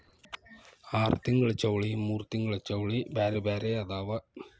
ಆರತಿಂಗ್ಳ ಚೌಳಿ ಮೂರತಿಂಗ್ಳ ಚೌಳಿ ಬ್ಯಾರೆ ಬ್ಯಾರೆ ಅದಾವ